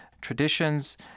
traditions